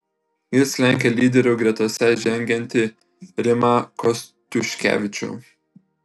jis lenkia lyderių gretose žengiantį rimą kostiuškevičių